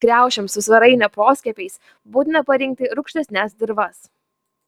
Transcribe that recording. kriaušėms su svarainio poskiepiais būtina parinkti rūgštesnes dirvas